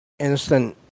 instant